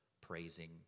praising